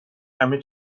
همه